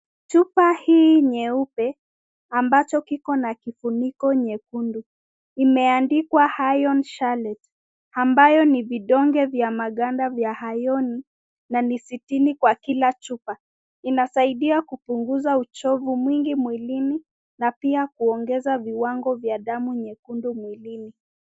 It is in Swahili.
Chupa hii nyeupe, ambacho kiko na kifuniko nyekundu imeandikwa iron chelate ambayo ni vidonge vya maganda vya ironi na ni sitini kwa kila chupa. Inasaidia kupunguza uchovu mwingi mwilini na pia kuongeza viwango vya damu nyekundu mwilini.